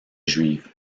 juive